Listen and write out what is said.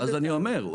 אני אומר,